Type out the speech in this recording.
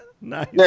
Nice